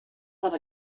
but